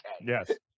Yes